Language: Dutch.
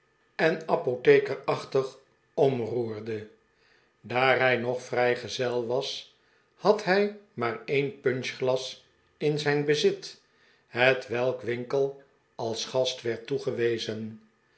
en apothekerde pickwick club achtig omroerde daar hij nog vrijgezel was had hij maar een punchglas in zijn bezit hetwelk winkle als gast werd toegewezen